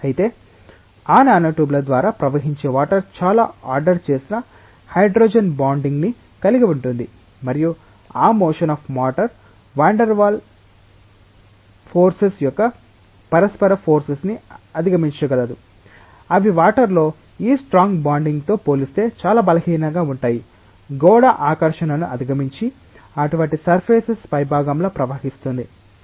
అయితే ఆ నానోట్యూబ్ల ద్వారా ప్రవహించే వాటర్ చాలా ఆర్డర్ చేసిన హైడ్రోజన్ బాండింగ్ ని కలిగి ఉంటుంది మరియు ఆ motion of water van der Waal Vander Waal's యొక్క పరస్పర ఫోర్సెస్ అధిగమించగలదు అవి వాటర్ లో ఈ స్ట్రాంగ్ బాండింగ్ తో పోలిస్తే చాలా బలహీనంగా ఉంటాయి గోడ ఆకర్షణను అధిగమించి అటువంటి సర్ఫేస్ పైభాగంలో ప్రవహిస్తుంది